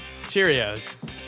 Cheerios